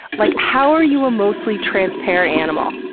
like, how are you a mostly transparent animal?